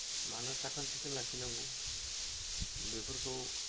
मानो साखोन सिखोन लाखिनांगौ बेफोरखौ